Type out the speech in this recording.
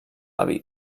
aviv